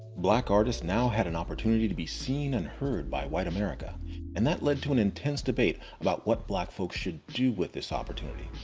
black artists now had an opportunity to be seen and heard by white america and that led to an intense debate about what black folks should we do with this opportunity.